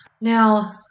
Now